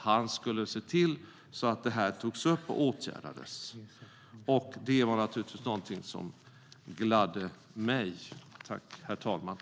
Han skulle se till att detta togs upp och åtgärdades. Det var naturligtvis något som gladde mig, herr talman.